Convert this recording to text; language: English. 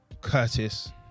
Curtis